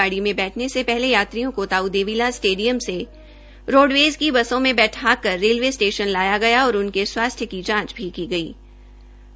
गाड़ी में बैठने से पहले यात्रियों को ताऊ देवीलाल स्टेडियम से रोडवेज की बसों में बैठाकर रेलवे स्टेशन तक लाया गया और उनके स्वास्थ्य की जांच भी की गई गई